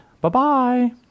Bye-bye